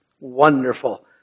wonderful